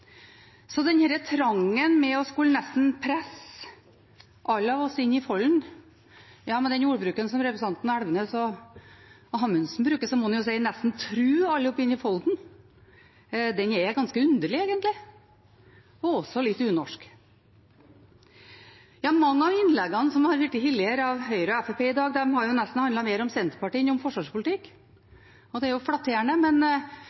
Så denne trangen til nesten å skulle presse alle inn i folden – og med den ordbruken som representantene Elvenes og Amundsen har, må en nesten si true oss alle inn i folden – er ganske underlig, egentlig, og også litt unorsk. Mange av innleggene som har vært holdt her i dag av Høyre og Fremskrittspartiet, har nesten handlet mer om Senterpartiet enn om forsvarspolitikk. Det er flatterende, men